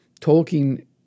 Tolkien